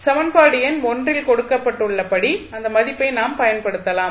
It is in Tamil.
சமன்பாடு எண் இல் கொடுக்கப்பட்டுள்ள படி அந்த மதிப்பை நாம் பயன்படுத்தலாம்